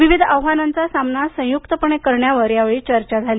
विविध आव्हानाचा सामना संयुक्तपणे करण्यावर या वेळी चर्चा झाली